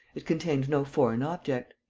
it contained no foreign object.